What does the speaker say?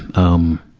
um,